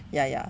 ya ya